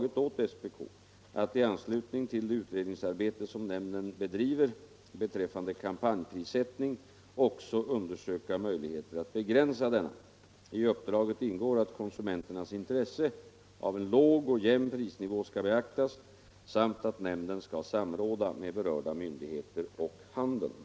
Enligt uppgift skall Konsum Stockholm hos handelsdepartementet ha hemställt om en utredning av veckoannonseringen, som i hög grad är knuten till lockprissystemet. Är statsrådet för sin del beredd medverka till att, eventuellt i samråd med SPK, få till stånd överläggningar med handelns organisationer i syfte att få systemet med lockpriser ersatt av inriktning på en lägre prisnivå?